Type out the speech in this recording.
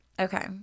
Okay